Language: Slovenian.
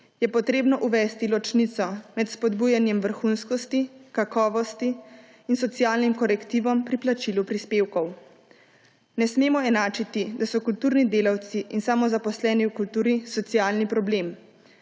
je potrebno uvesti ločnico med spodbujanjem vrhunskosti, kakovosti in socialnim korektivom pri plačilu prispevkov. Ne smemo enačiti, da so kulturni delavci in samozaposleni v kulturi socialni problem.